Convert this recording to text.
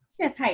yes, hi.